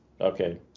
Okay